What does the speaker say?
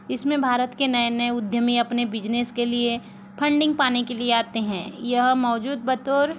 इसमें भारत के नए नए उद्यमी अपने बिज़नस के लिए फ़न्डिंग पाने के लिए आते हैं यह मौजूद बतौर